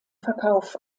verkauf